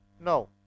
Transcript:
No